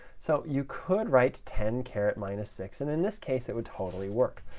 so you could write ten carat minus six, and in this case, it would totally work,